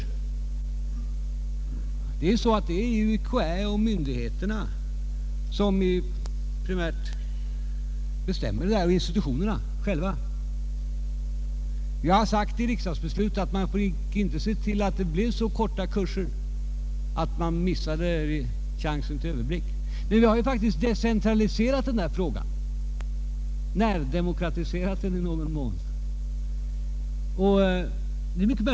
Ja, det är ju UKÄ, andra myndigheter och institutionerna själva som primärt bestämmer detta. Vi har sagt i riksdagsbeslutet, att kurserna inte får bli så korta att man förlorar chansen till överblick. Men vi har faktiskt decentraliserat frågan — närdemokratiserat den i någon mån.